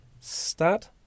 Stad